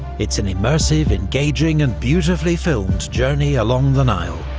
it's an immersive, engaging and beautifully filmed journey along the nile,